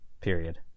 period